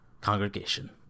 congregation